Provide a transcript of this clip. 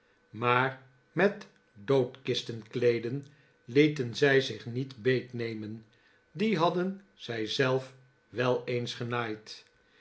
maar met dbodkistenkleeden lieten zij zich niet beet nemen die hadden zij zelf wel eens genaaid